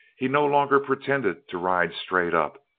he no longer pretended to ride straight up,